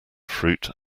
fruit